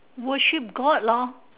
worship god lor